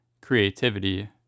creativity